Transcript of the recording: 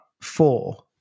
four